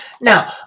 Now